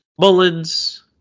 Mullins